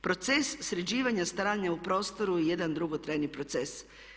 Proces sređivanja stanja u prostoru je jedan dugotrajni proces.